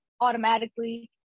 automatically